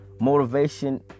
Motivation